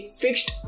fixed